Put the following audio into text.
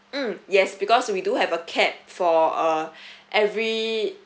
mm yes because we do have a cap for a every